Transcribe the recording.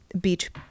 beach